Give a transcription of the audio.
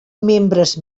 membres